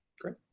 Great